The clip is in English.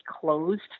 closed